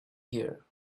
here